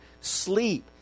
sleep